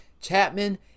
Chapman